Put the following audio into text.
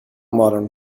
modern